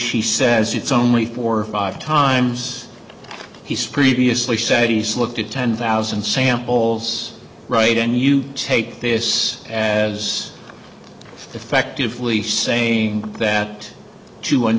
he says it's only four or five times he's previously sadies looked at ten thousand samples right and you take this as effectively saying that to